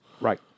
Right